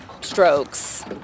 strokes